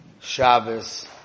Shabbos